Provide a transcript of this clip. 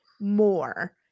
more